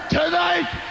tonight